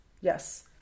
Yes